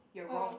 you're wrong